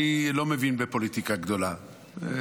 אני לא מבין בפוליטיקה גדולה.